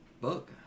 Book